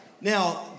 Now